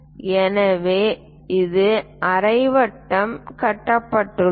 எனவே ஒரு அரை வட்டம் கட்டப்பட்டுள்ளது